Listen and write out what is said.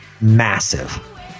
massive